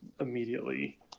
immediately